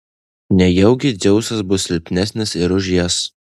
nejaugi dzeusas bus silpnesnis ir už jas